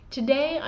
Today